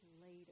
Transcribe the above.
later